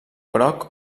groc